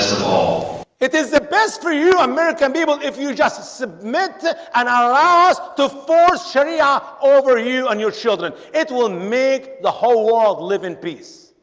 it is the best for you american people if you just submit and allows to for sharia over you and your children, it will make the whole world live in peace